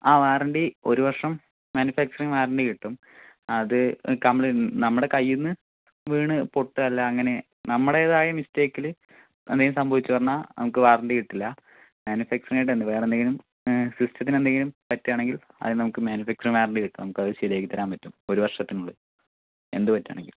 ആ വാറൻറ്റി ഒര് വർഷം മാനുഫാക്ച്ചറിങ് വാറൻറ്റി കിട്ടും അത് കംപ്ളെ നമ്മുടെ കയ്യിൽ നിന്ന് വീണ് പൊട്ടുക അല്ല അങ്ങനെ നമ്മുടേതായ മിസ്റ്റേക്കില് എന്തേലും സംഭവിച്ചു പറഞ്ഞാൽ നമുക്ക് വാറൻറ്റി കിട്ടില്ല മാനുഫാക്ച്ചറിങായിട്ടെന്തു വേറെന്തെങ്കിലും സിസ്റ്റത്തിനെന്തെങ്കിലും പറ്റുവാണെങ്കിൽ അതിൽ നമുക്ക് മാനുഫാക്ച്ചറിങ് വാറൻറ്റി കിട്ടും നമുക്ക് അത് ശരിയാക്കിത്തരാൻ പറ്റും ഇപ്പം ഒരു വർഷത്തിനുള്ളിൽ എന്ത് പറ്റുകയാണെങ്കിലും